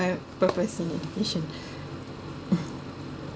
purpose in education